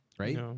Right